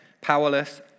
powerless